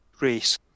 race